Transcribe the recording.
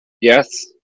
Yes